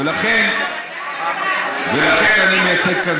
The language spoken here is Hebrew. אני מייצג כאן,